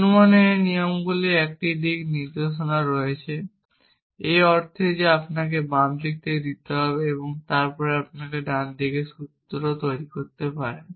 অনুমানের এই নিয়মগুলির একটি দিক নির্দেশনা রয়েছে এই অর্থে যে আপনাকে বাম দিকে দিতে হবে এবং তারপরে আপনি ডান দিকের সূত্রটি তৈরি করতে পারেন